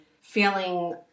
feeling